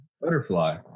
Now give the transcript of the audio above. butterfly